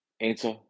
answer